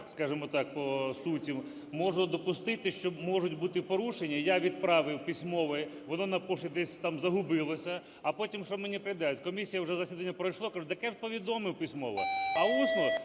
скажемо так, по суті можу допустити, що можуть бути порушення. Я відправив письмо, воно на пошті десь там загубилося. А потім, що мені відповідають, комісія… вже засідання пройшло, кажу, так я ж повідомив письмово. А усно